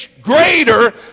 greater